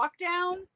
lockdown